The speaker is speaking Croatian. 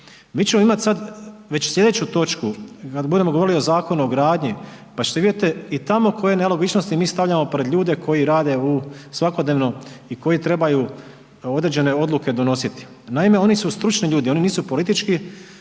Mi ćemo imati sad već slijedeću točku kad budemo govorili o Zakonu o gradnji pa ćete vidjeti i tamo koje nelogičnosti mi stavljamo pred ljude koji rade u svakodnevno i koji trebaju određene odluke donositi. Naime, oni su stručni ljudi oni nisu politički